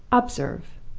observe!